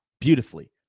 beautifully